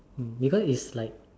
because it's like